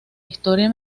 historia